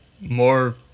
more